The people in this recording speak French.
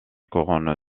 couronne